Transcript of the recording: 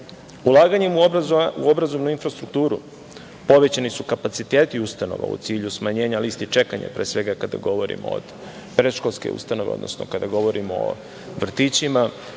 uslovima. Ulaganjem u obrazovnu infrastrukturu, povećani su kapaciteti ustanova u cilju smanjenja liste čekanja, pre svega kada govorimo od predškolske ustanove, odnosno kada govorimo o vrtićima.